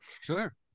sure